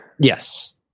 Yes